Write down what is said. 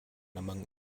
among